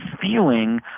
feeling